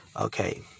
Okay